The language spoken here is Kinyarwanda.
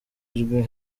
uzwi